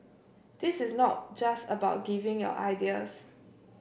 this is not just about giving your ideas